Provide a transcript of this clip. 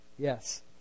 Yes